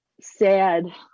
sad